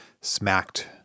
smacked